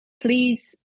please